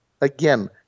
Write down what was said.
again